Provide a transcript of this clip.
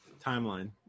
timeline